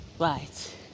right